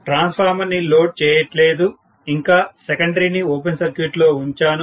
నేను ట్రాన్స్ఫార్మర్ ని లోడ్ చెయ్యట్లేదు ఇంకా సెకండరీ ని ఓపెన్ సర్క్యూట్ లో ఉంచాను